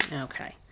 Okay